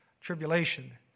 tribulation